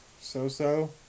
So-so